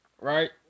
right